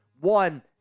one